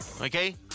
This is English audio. okay